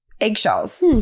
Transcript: eggshells